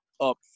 up